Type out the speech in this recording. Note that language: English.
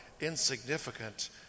insignificant